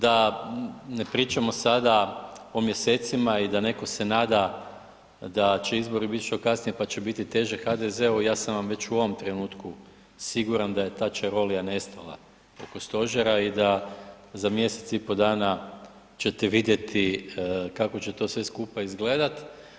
Da ne pričamo sada o mjesecima i da netko se nada da će izbori biti što kasnije pa će biti teže HDZ-u, ja sam već u ovom trenutku siguran da je ta čarolija nestala oko Stožera i da za mjesec i pol sada ćete vidjeti kako će sve to skupa izgledati.